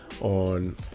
on